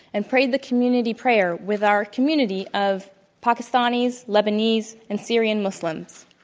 and prayed the community prayer with our community of pakistanis, lebanese, and syrian muslims.